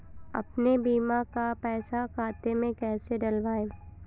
अपने बीमा का पैसा खाते में कैसे डलवाए?